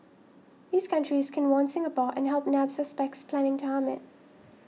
these countries can warn Singapore and help nab suspects planning to harm it